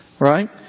Right